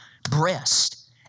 Breast